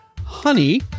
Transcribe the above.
honey